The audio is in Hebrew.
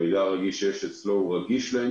המידע הרגיש שיש אצלו הוא רגיש לאין